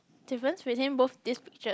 difference between both this pictures